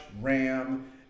Ram